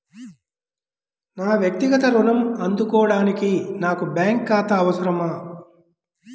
నా వక్తిగత ఋణం అందుకోడానికి నాకు బ్యాంక్ ఖాతా అవసరమా?